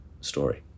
story